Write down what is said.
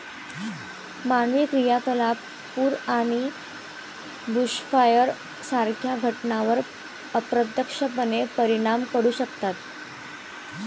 मानवी क्रियाकलाप पूर आणि बुशफायर सारख्या घटनांवर अप्रत्यक्षपणे परिणाम करू शकतात